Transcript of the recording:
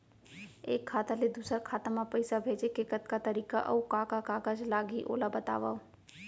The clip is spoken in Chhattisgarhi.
एक खाता ले दूसर खाता मा पइसा भेजे के कतका तरीका अऊ का का कागज लागही ओला बतावव?